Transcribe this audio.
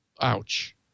Ouch